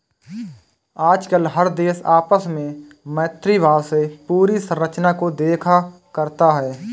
आजकल हर देश आपस में मैत्री भाव से पूंजी संरचना को देखा करता है